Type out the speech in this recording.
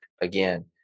again